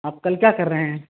آپ کل کیا کر رہے ہیں